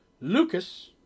Lucas